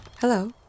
Hello